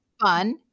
fun